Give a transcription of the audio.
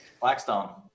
Blackstone